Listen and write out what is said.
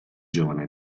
giovane